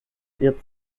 ihr